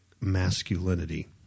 masculinity